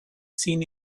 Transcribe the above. seen